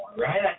right